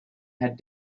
had